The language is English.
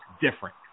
different